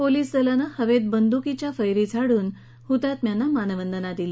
पोलिसदलाने हवेत बंदुकीच्या फेरी झाडून हुतात्म्यांना मानवंदना दिली